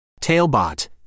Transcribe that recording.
Tailbot